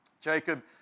Jacob